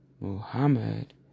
Muhammad